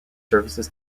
services